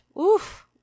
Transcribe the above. Oof